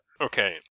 Okay